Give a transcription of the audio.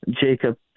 Jacob